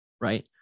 right